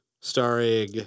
starring